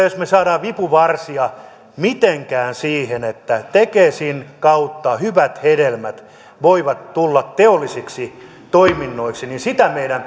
jos me saamme vipuvarsia mitenkään siihen että tekesin kautta hyvät hedelmät voivat tulla teollisiksi toiminnoiksi kyllä sitä meidän